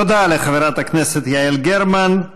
תודה לחברת הכנסת יעל גרמן.